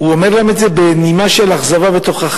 הוא אומר להם את זה בנימה של אכזבה ותוכחה: